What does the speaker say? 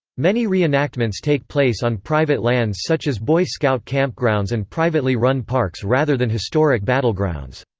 many reenactments take place on private lands such as boy scout campgrounds and privately run parks rather than historic battlegrounds.